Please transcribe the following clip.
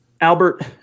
Albert